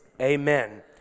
amen